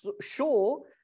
show